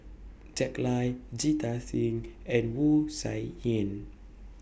Jack Lai Jita Singh and Wu Tsai Yen